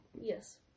Yes